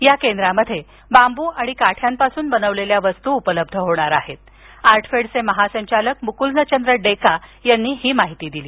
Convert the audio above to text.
या केंद्रामध्ये बांबू आणि काठ्यापासून बनवलेल्या वस्तू उपलब्ध होणार आहेत असं आर्टफेडचे महासंचालक मुकुल चंद्र डेका यांनी सांगितलं